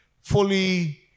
fully